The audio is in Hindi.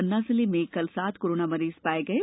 पन्ना जिले में कल सात कोरोनॉ मरीज पाए गए है